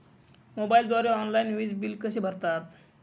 मोबाईलद्वारे ऑनलाईन वीज बिल कसे भरतात?